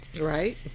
Right